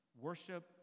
Worship